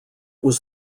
was